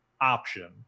option